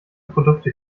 produkte